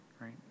right